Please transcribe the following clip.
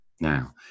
Now